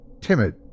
Timid